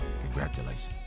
congratulations